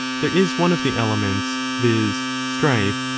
there is one of the elements, viz. strife,